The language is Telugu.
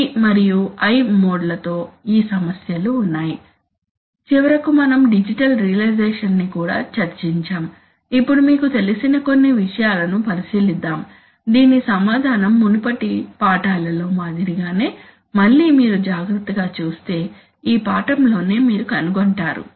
D మరియు i మోడ్లతో ఈ సమస్యలు ఉన్నాయి చివరకు మనం డిజిటల్ రియలైజేషన్ ని కూడా చర్చించాము ఇప్పుడు మీకు తెలిసిన కొన్ని విషయాలను పరిశీలిద్దాం దీని సమాధానం మునుపటి పాఠాల లో మాదిరిగానే మళ్ళీ మీరు జాగ్రత్తగా చూస్తే ఈ పాఠం లోనే మీరు కనుగొంటారు